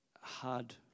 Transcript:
hard